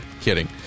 kidding